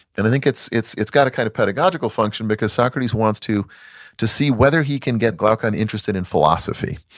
and i think it's it's got a kind of pedagogical function because socrates wants to to see whether he can get glaucon interested in philosophy.